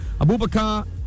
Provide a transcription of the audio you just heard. Abubakar